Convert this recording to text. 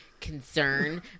concern